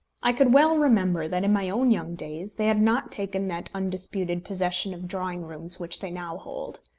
i could well remember that, in my own young days, they had not taken that undisputed possession of drawing-rooms which they now hold.